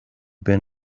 been